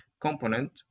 component